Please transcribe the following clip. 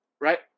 right